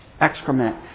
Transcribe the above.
excrement